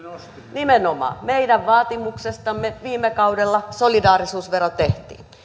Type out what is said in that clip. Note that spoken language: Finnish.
nimenomaan meidän vaatimuksestamme viime kaudella solidaarisuusvero tehtiin